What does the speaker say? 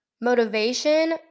motivation